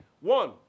One